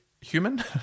human